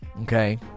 Okay